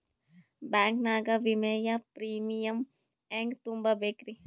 Bank ನಾಗ ವಿಮೆಯ premium ಹೆಂಗ್ ತುಂಬಾ ಬೇಕ್ರಿ?